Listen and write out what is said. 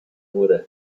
wurde